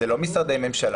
זה לא משרדי ממשלה.